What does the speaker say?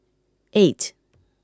eight